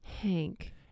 Hank